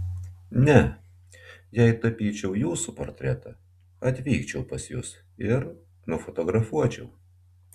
ne jei tapyčiau jūsų portretą atvykčiau pas jus ir nufotografuočiau